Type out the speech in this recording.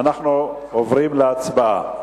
ואנחנו עוברים להצבעה.